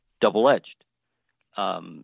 double-edged